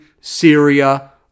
Syria